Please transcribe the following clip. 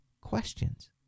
questions